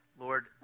Lord